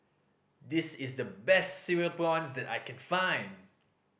this is the best Cereal Prawns that I can find